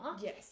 Yes